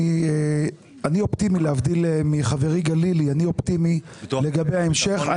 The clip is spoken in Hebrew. אני אופטימי, להבדיל מחברי גלילי, לגבי ההמשך.